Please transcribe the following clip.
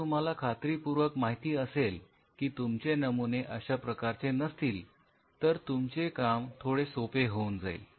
जर तुम्हाला खात्रीपूर्वक माहिती असेल की तुमचे नमुने अशा प्रकारचे नसतील तर तुमचे काम थोडे सोपे होऊन जाईल